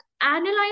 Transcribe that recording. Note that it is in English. analyze